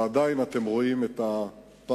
ועדיין אתם רואים את הפער.